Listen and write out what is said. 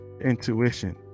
intuition